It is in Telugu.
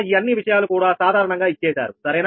ఈ అన్ని విషయాలు కూడా సాధారణంగా ఇచ్చేశారు సరేనా